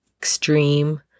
extreme